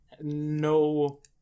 no